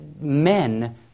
men